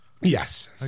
Yes